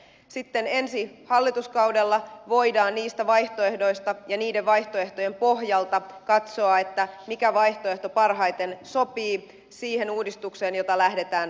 sitten ensi hallituskaudella voidaan niistä vaihtoehdoista ja niiden vaihtoehtojen pohjalta katsoa mikä vaihtoehto parhaiten sopii siihen uudistukseen jota lähdetään toteuttamaan